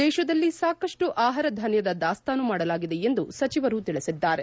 ದೇಶದಲ್ಲಿ ಸಾಕಷ್ಟು ಆಹಾರಧಾನ್ಯದ ದಾಸ್ತಾನು ಮಾದಲಾಗಿದೆ ಎಂದು ಸಚಿವರು ತಿಳಿಸಿದ್ದಾರೆ